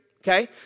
okay